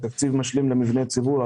זה תקציב משלים למבנה ציבור.